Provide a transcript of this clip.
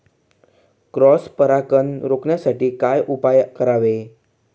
Cross परागकण रोखण्यासाठी काय उपाय करावे?